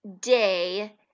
day